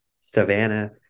Savannah